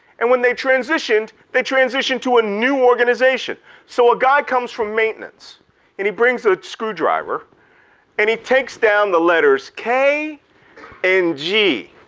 and when they transitioned, they transitioned to a new organization. so a guy comes from maintenance and he brings a screwdriver and he takes down the letters k and g